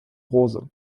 rose